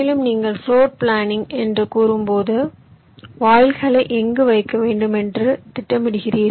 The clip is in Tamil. எனவே நீங்கள் பிளோர் பிளானிங் என்று கூறும்போது வாயில்களை எங்கு வைக்க வேண்டும் என்று திட்டமிடுகிறீர்கள்